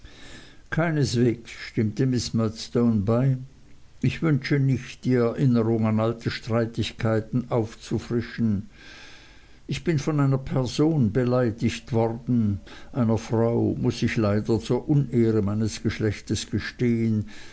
keineswegs stimmte miß murdstone bei ich wünsche nicht die erinnerung an alte streitigkeiten aufzufrischen ich bin von einer person beleidigt worden einer frau muß ich leider zur unehre meines geschlechtes gestehen